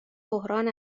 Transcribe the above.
بحران